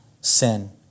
sin